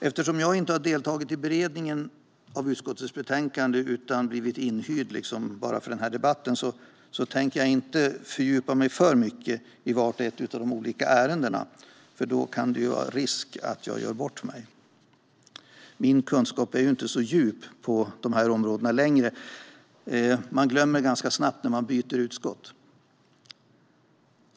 Eftersom jag inte har deltagit i beredningen av utskottets betänkande utan har blivit inlånad enbart för denna debatt tänker jag inte fördjupa mig alltför mycket i vart och ett av de olika ärendena, för då är det risk att jag gör bort mig. Min kunskap är inte så djup på detta område längre; man glömmer ganska snabbt när man byter utskott.